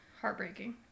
heartbreaking